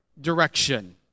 direction